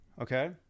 okay